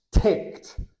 ticked